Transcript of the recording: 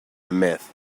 myth